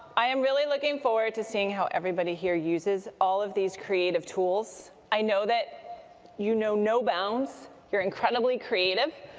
i am really looking forward to seeing how everybody here uses all of these tools. i know that you know no bounds. you're incredibly creative,